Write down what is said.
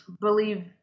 believe